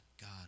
God